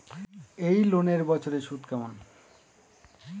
এই লোনের বছরে সুদ কেমন?